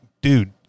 dude